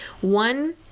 one